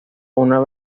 una